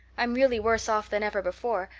i'm really worse off than ever before,